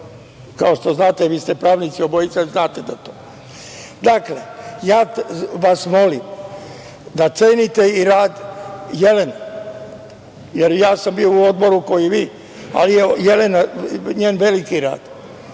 Kao što znate, vi ste pravnici, obojica znate za to. Dakle, ja vas molim da cenite i rad Jelene, jer ja sam bio u Odboru kao i vi, ali je Jelenin rad